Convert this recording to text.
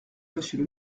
monsieur